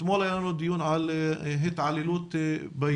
אתמול היה לנו דיון על התעללות בילדים